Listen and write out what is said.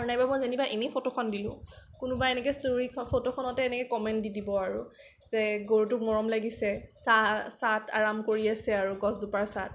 আৰু নাইবা মই যেনিবা এনে ফটোখন দিলো কোনোবাই এনেকে ষ্টৰী ফটোখনতে এনেকে কমেন্ট দি দিব আৰু যে গৰুটো মৰম লাগিছে ছাঁ ছাঁত আৰাম কৰি আছে আৰু গছজোপাৰ ছাঁত